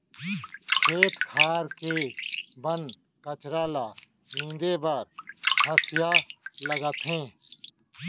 खेत खार के बन कचरा ल नींदे बर हँसिया लागथे